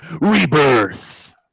rebirth